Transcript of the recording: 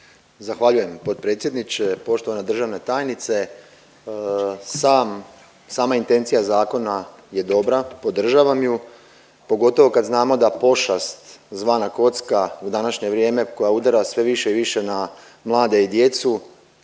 Zahvaljujem potpredsjedniče. Poštovana državna tajnice sam, sama intencija zakona je dobra, podržavam ju pogotovo kad znamo da pošast zvana kocka u današnje vrijeme koja udara sve više i više na mlade i djecu